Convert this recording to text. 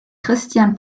christian